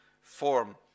form